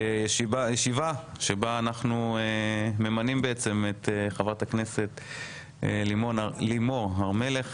ישיבה שבה אנחנו ממנים את חברת הכנסת לימור סון הר מלך